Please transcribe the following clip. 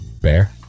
bear